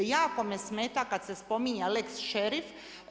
Jako me smeta kada se spominje lex šerif.